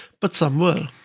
but some will.